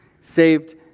saved